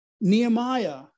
Nehemiah